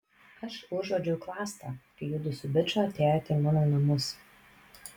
aš užuodžiau klastą kai judu su biču atėjote į mano namus